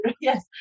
yes